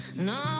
No